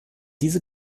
diese